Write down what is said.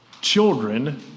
children